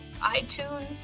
iTunes